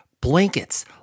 blankets